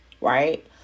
Right